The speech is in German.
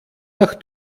nach